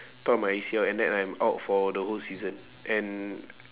tore my A_C_L and then I'm out for the whole season and